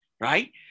right